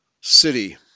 city